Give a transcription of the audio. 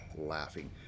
laughing